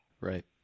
Right